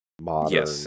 modern